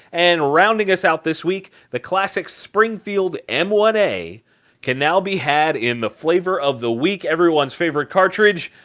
and rounding us out this week, the classic springfield m one a can now be had in the flavor of the week, everyone's favorite cartridge,